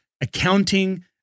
accounting